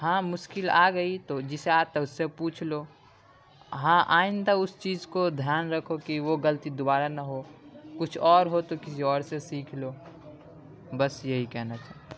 ہاں مشکل آ گئی تو جسے آتا اس سے پوچھ لو ہاں آئندہ اس چیز کو دھیان رکھو کہ وہ غلطی دوبارہ نہ ہو کچھ اور ہو تو کسی اور سے سیکھ لو بس یہی کہنا چاہتا